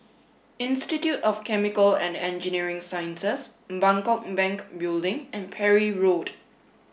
Institute of Chemical and Engineering Sciences Bangkok Bank Building and Parry Road